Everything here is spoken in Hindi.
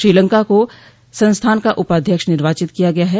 श्रीलंका का संस्थान का उपाध्यक्ष निर्वाचित किया गया है